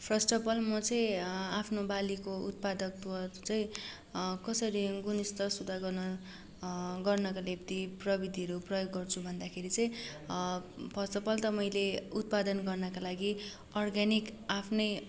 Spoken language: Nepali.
फर्स्ट अफ अल म चाहिँ आफ्नो बालीको उत्पादकत्व चाहिँ कसरी गुणस्तर सुधार गर्न गर्नका निम्ति प्रविधिहरू प्रयोग गर्छु भन्दाखेरि चाहिँ फर्स्ट अफ अल मैले उत्पादन गर्नका लागि अर्ग्यानिक आफ्नै